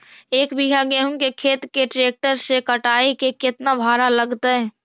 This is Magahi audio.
एक बिघा गेहूं के खेत के ट्रैक्टर से कटाई के केतना भाड़ा लगतै?